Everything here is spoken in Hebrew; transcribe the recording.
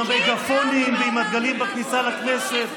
עם המגפונים ועם הדגלים בכניסה לכנסת.